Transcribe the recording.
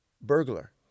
burglar